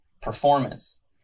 performance